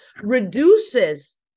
reduces